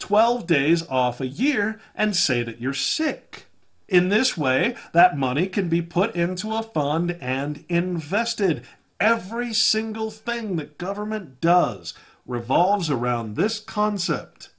twelve days off a year and say that you're sick in this way that money could be put into office on and invested every single thing that government does revolves around this concept